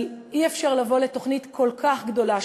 אבל אי-אפשר לבוא לתוכנית כל כך גדולה,